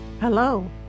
Hello